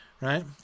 right